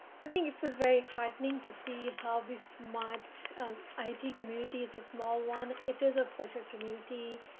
think it was very heartening to see how this might id communities, a small one. it is a special community,